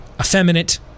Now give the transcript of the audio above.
Effeminate